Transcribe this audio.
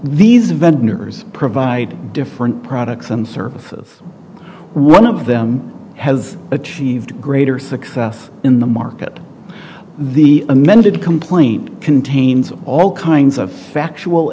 these vendors provide different products and services one of them has achieved greater success in the market the amended complaint contains all kinds of factual